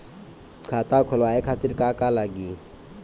खाता खोलवाए खातिर का का लागी?